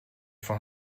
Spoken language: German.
von